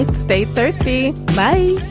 stay thirsty my